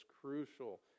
crucial